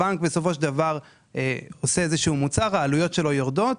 הבנק עושה איזשהו מוצר, העלויות שלו יורדות,